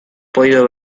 podido